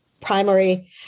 primary